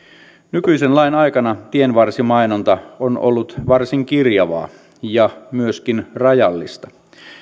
nykyisen lain aikana tienvarsimainonta on ollut varsin kirjavaa ja myöskin rajallista